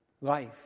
life